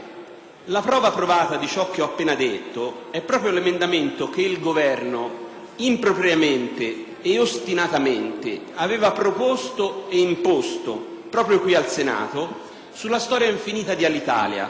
la prova provata di ciò che ho appena detto è proprio l'emendamento che il Governo, impropriamente ed ostinatamente, aveva proposto ed imposto proprio qui al Senato, sulla storia infinita di Alitalia,